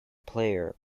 player